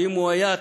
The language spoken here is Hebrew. אם הוא היה,